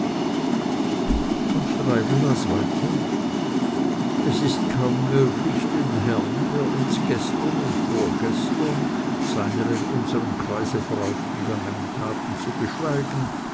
und treibel las weiter es ist kaum möglich den herrn der uns gestern und vorgestern seiner in unserem kreise voraufgegangenen taten zu geschweigen